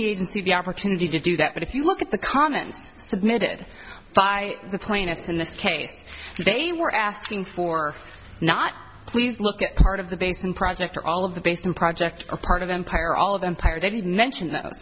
even to the opportunity to do that but if you look at the comments submitted by the plaintiffs in this case they were asking for not please look at part of the basement project or all of the basin project or part of empire all of empire didn't mention th